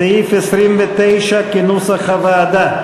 סעיף 29 כנוסח הוועדה.